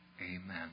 Amen